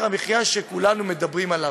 שכולנו מדברים עליו,